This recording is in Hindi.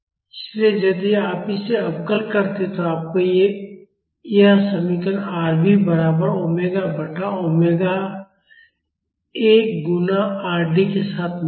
इसलिए यदि आप इसे अवकल करते हैं तो आपको यह समीकरण Rv बराबर ओमेगा बटा ओमेगा l गुणा Rd के साथ मिलेगा